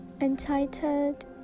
entitled